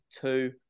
two